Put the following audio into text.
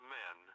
men